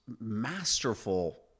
masterful